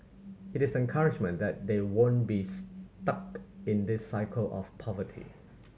it is encouragement that they won't be stuck in this cycle of poverty